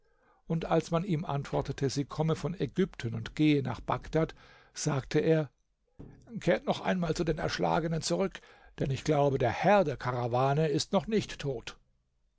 und als man ihm antwortete sie komme von ägypten und gehe nach bagdad sagte er kehrt noch einmal zu den erschlagenen zurück denn ich glaube der herr der karawane ist noch nicht tot